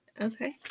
Okay